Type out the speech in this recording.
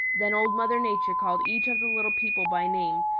then old mother nature called each of the little people by name,